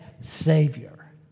Savior